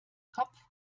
kopf